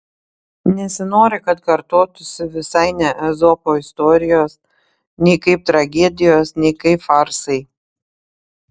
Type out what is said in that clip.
nesinori kad kartotųsi visai ne ezopo istorijos nei kaip tragedijos nei kaip farsai